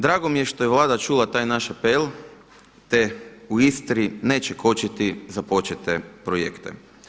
Drago mi je što je Vlada čula taj naš apel, te u Istri neće kočiti započete projekte.